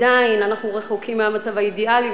עדיין אנחנו רחוקים מהמצב האידיאלי,